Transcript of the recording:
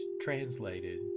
translated